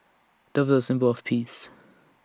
doves are A symbol of peace